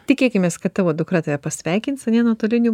tikėkimės kad tavo dukra tave pasveikins nuotoliniu